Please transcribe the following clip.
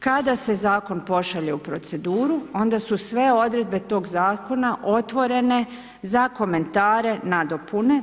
Kada se zakon pošalje u proceduru onda su sve odredbe tog zakona otvorene za komentare, nadopune.